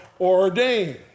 ordained